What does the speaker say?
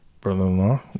brother-in-law